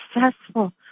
successful